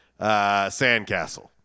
sandcastle